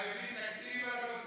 אני כוללת אותך.